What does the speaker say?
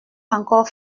encore